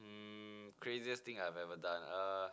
um craziest thing I have ever done ah uh